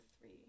three